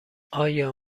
آیا